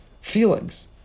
feelings